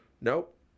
Nope